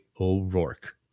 O'Rourke